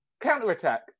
counter-attack